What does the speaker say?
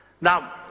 now